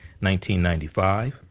1995